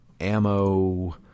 ammo